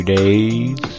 days